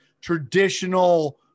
traditional